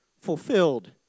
fulfilled